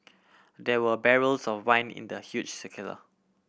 there were barrels of wine in the huge